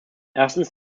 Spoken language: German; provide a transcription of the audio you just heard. erstens